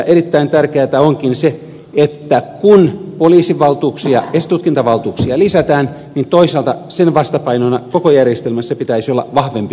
erittäin tärkeätä onkin se että kun poliisivaltuuksia esitutkintavaltuuksia lisätään niin toisaalta sen vastapainona koko järjestelmässä pitäisi olla vahvempi kontrolli